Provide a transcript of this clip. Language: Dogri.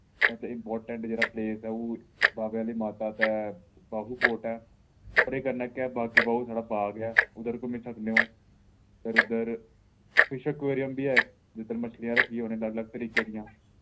इम्पार्टेंट जेह्ड़ा प्लेस ऐ ओह् बाह्वे आह्ली माता ते बाहू फोर्ट ऐ ओह्दे कन्नै गै ऐ बागे बाहू छड़ा बाग ऐ उद्धर घुम्मी सकने ओ फिर उद्धर पिच्छें एक्वेरियम बी ऐ इक जिद्धर मछलियां रक्खी दियां उ'नें अलग अलग तरीके दियां